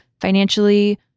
financially